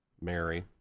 Mary